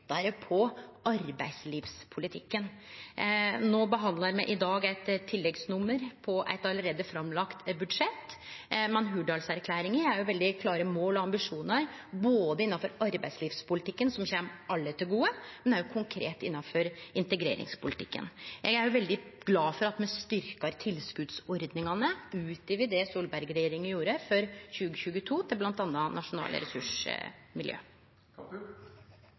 tettare på arbeidslivspolitikken, noko som er viktig for Arbeidarpartiet, Senterpartiet og SV. I dag behandlar me eit tilleggsnummer på eit budsjett som allereie er lagt fram, men Hurdalsplattforma har òg veldig klare mål og ambisjonar både innanfor arbeidslivspolitikken, som kjem alle til gode, og konkret innanfor integreringspolitikken. Eg er òg veldig glad for at me styrkjer tilskotsordningane, utover det Solberg-regjeringa gjorde for 2022, til bl.a. nasjonale